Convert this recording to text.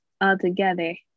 altogether